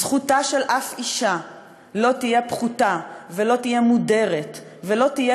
זכותה של שום אישה לא תהיה פחותה ולא תהיה מודרת ולא תהיה